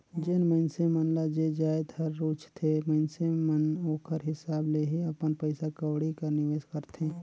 जेन मइनसे मन ल जे जाएत हर रूचथे मइनसे मन ओकर हिसाब ले ही अपन पइसा कउड़ी कर निवेस करथे